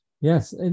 yes